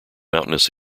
mountainous